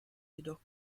jedoch